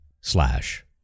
slash